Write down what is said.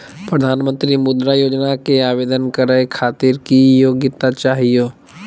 प्रधानमंत्री मुद्रा योजना के आवेदन करै खातिर की योग्यता चाहियो?